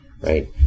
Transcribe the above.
right